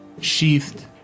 Sheathed